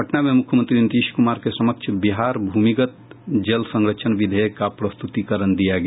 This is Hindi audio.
पटना में मुख्यमंत्री नीतीश कुमार के समक्ष बिहार भूमिगत जल संरक्षण विधेयक का प्रस्तुतीकरण दिया गया